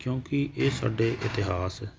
ਕਿਉਂਕਿ ਇਹ ਸਾਡੇ ਇਤਿਹਾਸ